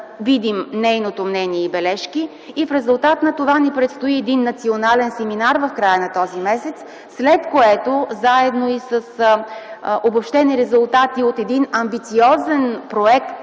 видим нейното мнение и бележки. В резултат на това ни предстои национален семинар в края на този месец, след което, заедно и с обобщени резултати от един амбициозен проект